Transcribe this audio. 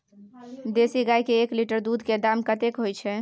देसी गाय के एक लीटर दूध के दाम कतेक होय छै?